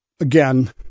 again